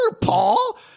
Paul